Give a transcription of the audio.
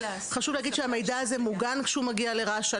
חשוב להגיד שהמידע הזה מוגן כשהוא מגיע לרש"א.